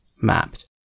mapped